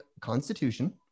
constitution